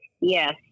Yes